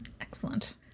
Excellent